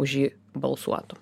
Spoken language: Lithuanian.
už jį balsuotų